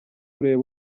ureba